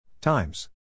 Times